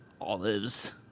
Olives